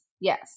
Yes